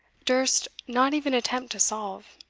durst not even attempt to solve.